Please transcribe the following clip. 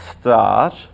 start